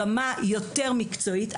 ברמה יותר מקצועית,